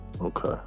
Okay